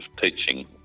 teaching